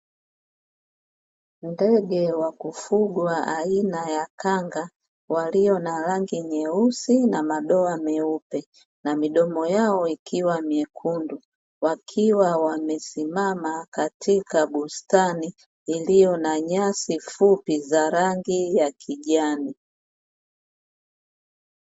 Ndege wa kufugwa aina ya kanga, walio na rangi nyeusi, na madoa meupe na midomo yao ikiwa mekundu, wakiwa wamesimama katika bustani iliyo na nyasi fupi za rangi ya kijani.